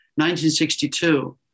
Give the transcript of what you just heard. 1962